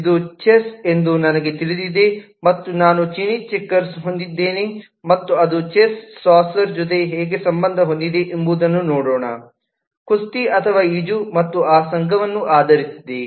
ಇದು ಇದು ಚೆಸ್ ಎಂದು ನನಗೆ ತಿಳಿದಿದೆ ಮತ್ತು ನಾನು ಚೀನೀ ಚೆಕರ್ಸ್ ಹೊಂದಿದ್ದೇನೆ ಮತ್ತು ಅದು ಚೆಸ್ ಸಾಕರ್ ಜೊತೆ ಹೇಗೆ ಸಂಬಂಧ ಹೊಂದಿದೆ ಎಂಬುದನ್ನು ನೋಡೋಣ ಕುಸ್ತಿ ಅಥವಾ ಈಜು ಮತ್ತು ಆ ಸಂಘವನ್ನು ಆಧರಿಸಿದೆ